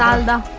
and